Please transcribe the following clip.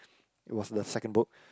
it was the second book